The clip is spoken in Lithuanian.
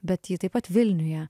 bet ji taip pat vilniuje